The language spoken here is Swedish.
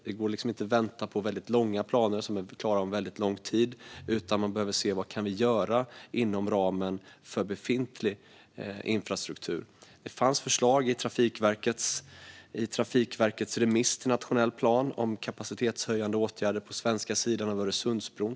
Det går liksom inte att vänta på väldigt långa planer som är klara om väldigt lång tid, utan vi behöver se vad kan vi göra inom ramen för befintlig infrastruktur. Det fanns till exempel förslag i Trafikverkets remiss till nationell plan om kapacitetshöjande åtgärder på den svenska sidan av Öresundsbron.